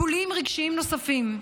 טיפולים רגשיים נוספים.